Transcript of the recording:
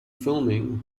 filming